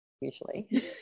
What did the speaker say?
usually